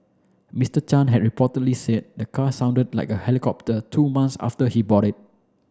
Mister Chan had reportedly said the car sounded like a helicopter two months after he bought it